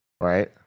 Right